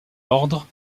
l’ordre